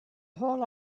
whole